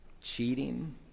Cheating